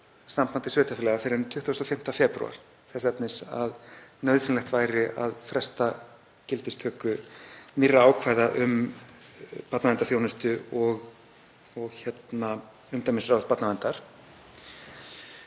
íslenskra sveitarfélaga fyrr en 25. febrúar þess efnis að nauðsynlegt væri að fresta gildistöku nýrra ákvæða um barnaverndarþjónustu og umdæmisráð barnaverndar.